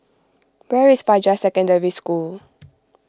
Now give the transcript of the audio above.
where is Fajar Secondary School